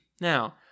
Now